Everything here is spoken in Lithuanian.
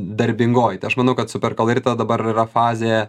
darbingoji tai aš manau kad superkolorito dabar yra fazė